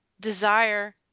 desire